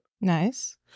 Nice